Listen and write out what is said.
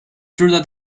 through